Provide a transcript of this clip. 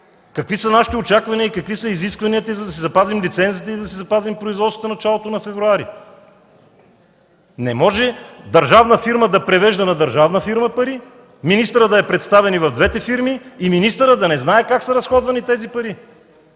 Какви са нашите очаквания и какви са изискванията, за да си запазим лицензите и производствата в началото на февруари? Не може държавна фирма да превежда на държавна фирма пари, министърът да е представен и в двете фирми, и той да не знае как са разходвани тези пари!